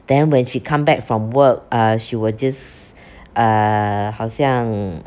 then when she come back from work uh she will just err 好像